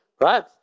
Right